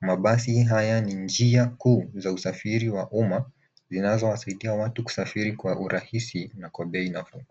Mabasi haya ni njia kuu za usafiri wa umma zinazowasaidia watu kusafiri kwa urahisi na kwa bei nafuu.